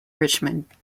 richmond